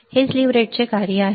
हे स्लीव्ह रेटचे कार्य आहे